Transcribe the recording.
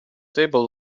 table